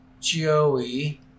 Joey